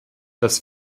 dass